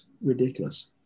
ridiculous